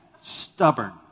stubborn